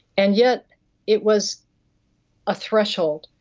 and yet it was a threshold,